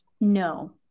No